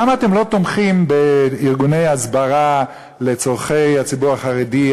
למה אתם לא תומכים בארגוני הסברה לצורכי הציבור החרדי,